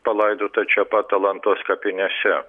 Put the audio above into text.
palaidota čia pat alantos kapinėse